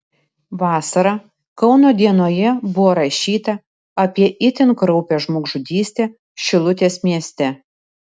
vasarą kauno dienoje buvo rašyta apie itin kraupią žmogžudystę šilutės mieste